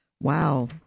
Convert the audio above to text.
Wow